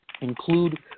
Include